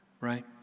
Right